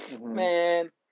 Man